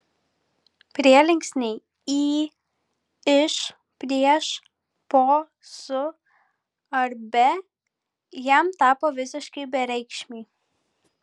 prielinksniai į iš prieš po su ar be jam tapo visiškai bereikšmiai